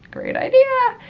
great idea.